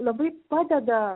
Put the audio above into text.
labai padeda